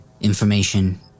information